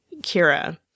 Kira